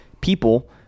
people